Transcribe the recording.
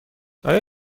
آیا